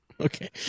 okay